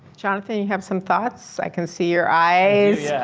jonathan, you have some thoughts. i can see your eyes